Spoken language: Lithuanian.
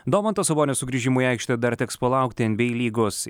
domanto sabonio sugrįžimo į aikštę dar teks palaukti nba lygos